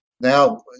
Now